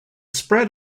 spread